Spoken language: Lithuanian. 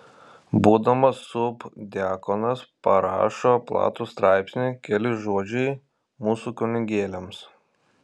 būdamas subdiakonas parašo platų straipsnį keli žodžiai mūsų kunigėliams